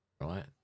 right